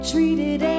Treated